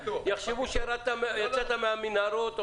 יחשבו שיצאת מהמנהרות או